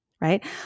right